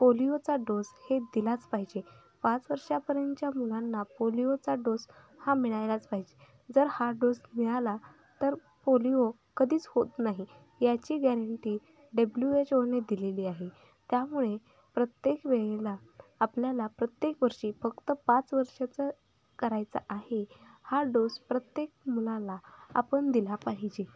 पोलिओचा dose हे दिलाच पाहिजे पाच वर्षापर्यंतच्या मुलांना पोलिओचा डोस हा मिळायलाच पाहिजे जर हा डोस मिळाला तर पोलिओ कधीच होत नाही याची गॅरेंटी डब्ल्यू एच ओने दिलेली आहे त्यामुळे प्रत्येक वेळेला आपल्याला प्रत्येक वर्षी फक्त पाच वर्षाचं करायचा आहे हा डोस प्रत्येक मुलाला आपण दिला पाहिजे